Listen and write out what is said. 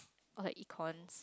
or like econs